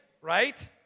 right